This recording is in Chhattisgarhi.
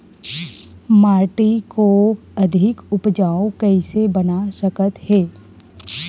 माटी को अधिक उपजाऊ कइसे बना सकत हे?